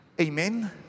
Amen